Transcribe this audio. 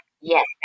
Yes